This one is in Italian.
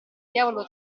diavolo